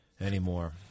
anymore